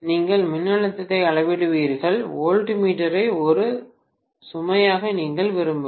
நீங்கள் மின்னழுத்தத்தை அளவிடுகிறீர்கள் வோல்ட்மீட்டரை ஒரு சுமையாக நீங்கள் விரும்பவில்லை